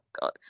God